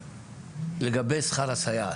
לגבי שכר הסייעת,